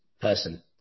person